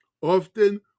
Often